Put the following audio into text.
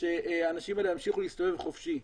שהאנשים האלה ימשיכו להסתובב חופשי,